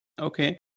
Okay